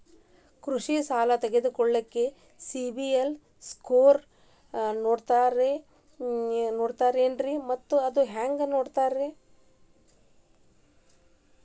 ಕೃಷಿ ಸಾಲ ತಗೋಳಿಕ್ಕೆ ಸಿಬಿಲ್ ಸ್ಕೋರ್ ನೋಡ್ತಾರೆ ಏನ್ರಿ ಮತ್ತ ಅದು ಹೆಂಗೆ ನೋಡ್ತಾರೇ?